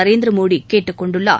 நரேந்திரமோடி கேட்டுக் கொண்டுள்ளார்